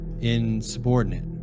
Insubordinate